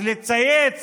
אז לצייץ